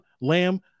Lamb